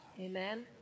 Amen